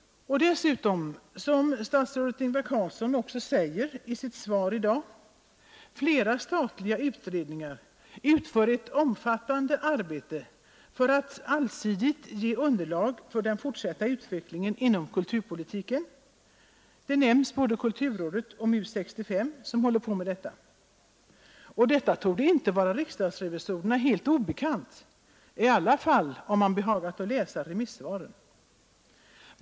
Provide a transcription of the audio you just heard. Och dessutom, som statsrådet Ingvar Carlsson också säger i sitt svar: Flera statliga utredningar utför ett omfattande arbete för att allsidigt ge underlag för den fortsatta utvecklingen inom kulturpolitiken. Han nämner i detta sammanhang både kulturrådet och MUS 65. Detta torde inte vara riksdagsrevisorerna helt obekant — i alla fall om de behagat läsa remissvaren.